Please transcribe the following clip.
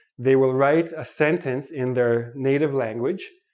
they will write a sentence in their native language,